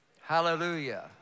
Hallelujah